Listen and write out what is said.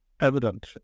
evident